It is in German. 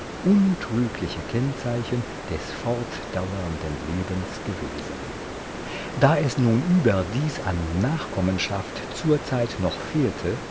untrügliche kennzeichen des fortdauernden lebens gewesen da es nun überdies an nachkommenschaft zurzeit noch fehlte